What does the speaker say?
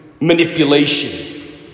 manipulation